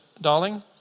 darling